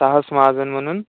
साहस महाजन म्हणून